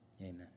Amen